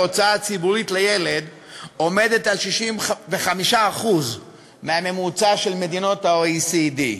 ההוצאה הציבורית לילד עומדת על 65% מהממוצע של מדינות ה-OECD.